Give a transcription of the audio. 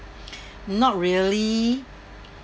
not really